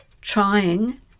trying